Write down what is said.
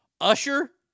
Usher